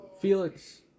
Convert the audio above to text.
Felix